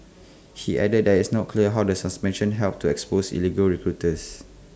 he added that it's not clear how the suspension helps to expose illegal recruiters